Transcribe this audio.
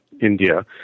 India